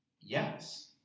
yes